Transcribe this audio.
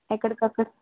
ఎక్కడికక్కడ